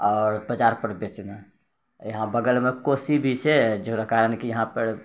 आओर बजारपर बेचना यहाँ बगलमे कोसी भी छै जकरा कारण कि यहाँपर